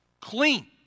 Clean